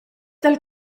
dal